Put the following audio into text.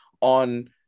on